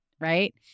right